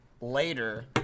later